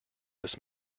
this